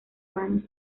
vanos